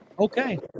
Okay